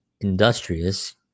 industrious